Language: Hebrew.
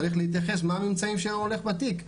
צריך להתייחס לממצאים שבתיק,